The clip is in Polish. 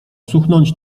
cuchnąć